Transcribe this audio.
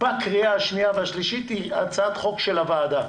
בקריאה השנייה והשלישית היא הצעת חוק של הוועדה.